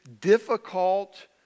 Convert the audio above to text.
difficult